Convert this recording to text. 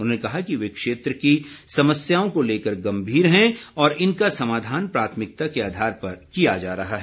उन्होंने कहा कि वे क्षेत्र की समस्याओं को लेकर गम्भीर हैं और इनका समाधान प्राथमिकता के आधार पर किया जा रहा है